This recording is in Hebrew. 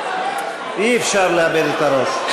אי-אפשר לאבד את הראש.